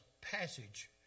passage